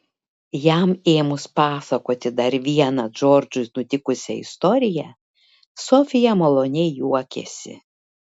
jam ėmus pasakoti dar vieną džordžui nutikusią istoriją sofija maloniai juokėsi